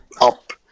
up